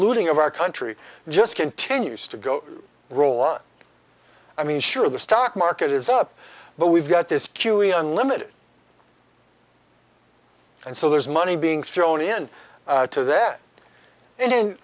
looting of our country just continues to go wrong i mean sure the stock market is up but we've got this q e unlimited and so there's money being thrown in to that and